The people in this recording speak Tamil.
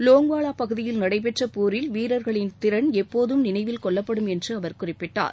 லோங்வாலா பகுதியில் நடைபெற்ற போரில் வீரர்களின் திறன் எப்போதும் நினைவில் கொள்ளப்படும் என்று அவர் குறிப்பிட்டார்